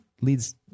leads